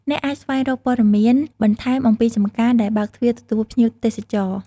អ្នកអាចស្វែងរកព័ត៌មានបន្ថែមអំពីចម្ការដែលបើកទ្វារទទួលភ្ញៀវទេសចរ។